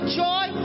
joy